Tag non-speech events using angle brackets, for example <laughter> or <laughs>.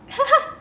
<laughs>